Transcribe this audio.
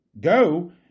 go